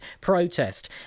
protest